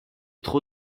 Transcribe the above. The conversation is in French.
trop